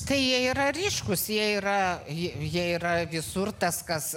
tai jie yra ryškūs jie yra jie yra visur tas kas